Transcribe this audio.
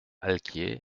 alquier